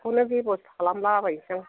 बेखौनो बेब'स्था खालामला बायनोसै आं